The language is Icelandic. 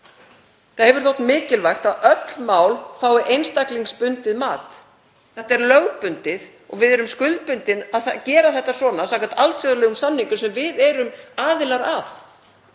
Það hefur þótt mikilvægt að öll mál fái einstaklingsbundið mat. Þetta er lögbundið og við erum skuldbundin að gera þetta svona samkvæmt alþjóðlegum samningum sem við erum aðilar að;